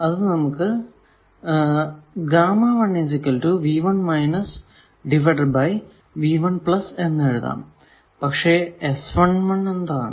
അത് നമുക്ക് എന്ന് എഴുതാം പക്ഷെ എന്താണ്